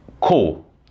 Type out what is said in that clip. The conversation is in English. Cool